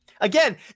Again